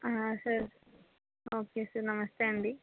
sir okay sir నమస్తే అండి